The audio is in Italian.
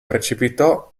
precipitò